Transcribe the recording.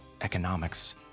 economics